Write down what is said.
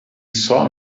saw